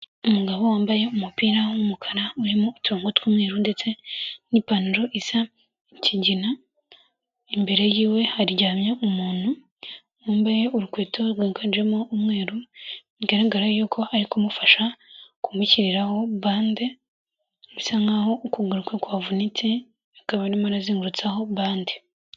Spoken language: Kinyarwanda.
Umugabo wambaye umupira w'umukara urimo uturongo tw'umweru ndetse n'ipantaro isa ikigina, imbere yiwe haryamye umuntu wambaye urukweto rwiganjemo umweru bigaragara yuko ari kumufasha kumushyiriraho bande, bisa nkaho ukuguru kwe kwavunitse akaba arimo arazengutsaho bande.